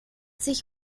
sich